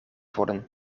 worden